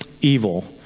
evil